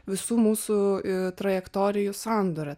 visų mūsų i trajektorijų sandūra